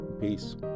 Peace